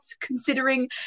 considering